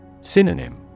Synonym